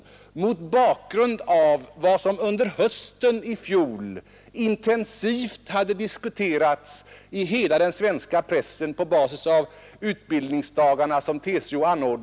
Bakgrunden var det som under hösten i fjol hade iskuterats i hela den svenska pressen på basis av de utbildningsdagar som ordnas av TCO.